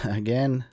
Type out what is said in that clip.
again